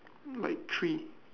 like three